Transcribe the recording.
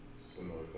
Similar